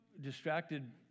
distracted